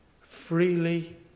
freely